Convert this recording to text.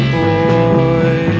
boy